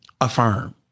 affirm